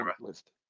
list